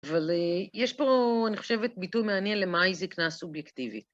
אבל יש פה, אני חושבת, ביטוי מעניין למה היא זקנה סובייקטיבית.